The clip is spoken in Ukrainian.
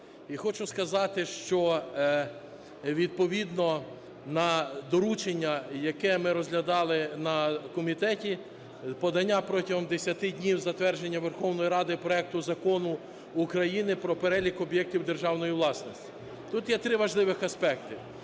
І хочу сказати, що відповідно на доручення, яке ми розглядали на комітеті, подання протягом 10 днів, затвердження Верховною Радою проекту Закону України про перелік об'єктів державної власності. Тут є три важливих аспекти.